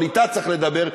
אבל אתה צריך לדבר,